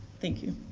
thank you.